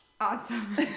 Awesome